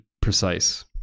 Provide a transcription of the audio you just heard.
precise